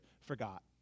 forgot